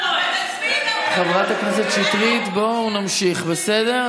חברת הכנסת שטרית, בואו נמשיך, בסדר?